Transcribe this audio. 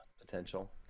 potential